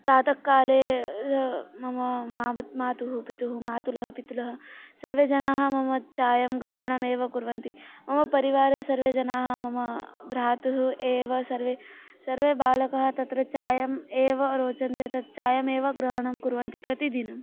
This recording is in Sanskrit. प्रातः काले मम मातुः पितुः मातुलः पितुलः सर्वे जनाः मम चायं ग्रहणमेव कुर्वन्ति मम परिवारे सर्वे जनाः मम भ्रातुः एव सर्वे सर्वे बालकं तत्र चायम् एव रोचन्ते तत् चायमेव ग्रहणं कुर्वन्ति प्रतिदिनम्